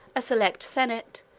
a select senate,